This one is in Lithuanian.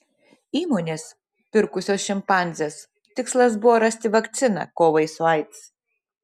įmonės pirkusios šimpanzes tikslas buvo rasti vakciną kovai su aids